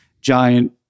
giant